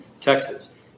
Texas